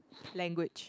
language